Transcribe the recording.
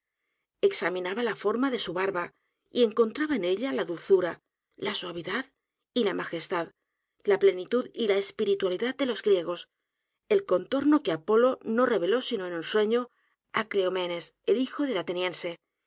examinaba la forma de su barba y encontraba en ella la dulzura la suavidad y la majestad la plenitud y la espiritualidad de los griegos el contorno que apolo no reveló sino en un sueño á cleomenes el hijo del